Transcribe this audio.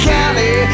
County